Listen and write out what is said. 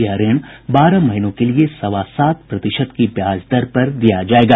यह ऋण बारह महीनों के लिए सवा सात प्रतिशत की ब्याज दर पर दिया जाएगा